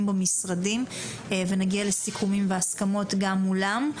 במשרדים ונגיע לסיכומים והסכמות גם מולם.